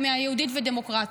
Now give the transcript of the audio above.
מ"יהודית ודמוקרטית",